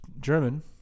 German